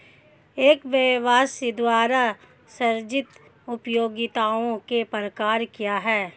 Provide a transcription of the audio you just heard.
एक व्यवसाय द्वारा सृजित उपयोगिताओं के प्रकार क्या हैं?